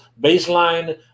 baseline